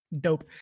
Dope